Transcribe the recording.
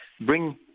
Bring